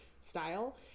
style